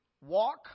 walk